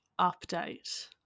update